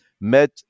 met